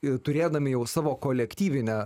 ir turėdami jau savo kolektyvinę